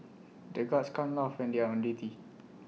the guards can't laugh when they are on duty